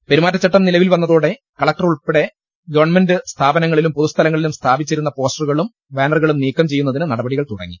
പെരുമാറ്റച്ചട്ടം നിലവിൽ വന്നതോടെ കളക്ടറേറ്റുൾപ്പട്ടെ ഗവൺമെന്റ് സ്ഥാപനങ്ങളിലും പൊതുസ്ഥലങ്ങളിലും സ്ഥാപിച്ചിരുന്ന പോസ്റ്ററുകളും ബാനറുകളും നീക്കം ചെയ്യുന്നതിന് നടപടികൾ തുടങ്ങി